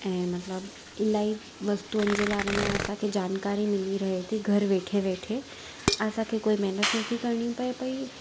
ऐं मतलबु इलाही वस्तूनि जे बारे में असांखे जानकारी मिली रहे थी घर वेठे वेठे असांखे कोई महिनत नथी करणी पए पई